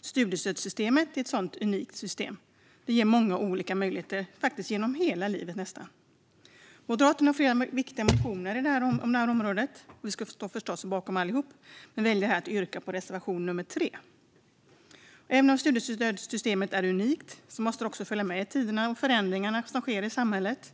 Studiestödssystemet är ett sådant unikt system. Det ger många olika möjligheter genom nästan hela livet. Moderaterna har flera viktiga motioner inom detta område. Vi står förstås bakom allihop, men jag väljer här att yrka bifall till reservation 3. Även om studiestödssystemet är unikt måste det hänga med i tiden och i de förändringar som sker i samhället.